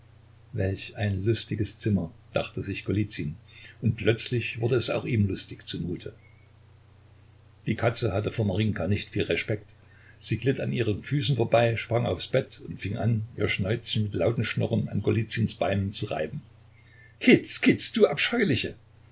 welch ein lustiges zimmer dachte sich golizyn und plötzlich wurde es auch ihm lustig zumute die katze hatte vor marinjka nicht viel respekt sie glitt an ihren füßen vorbei sprang aufs bett und fing an ihr schnäuzchen mit lautem schnurren an golizyns beinen zu reiben kitz kitz du abscheuliche